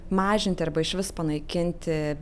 mažinti arba išvis panaikinti